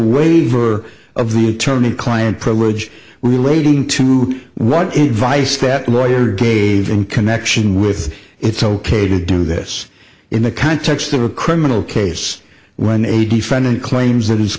waiver of the attorney client privilege relating to what in vice that lawyer gave in connection with it's ok to do this in the context of a criminal case when a defendant claims that his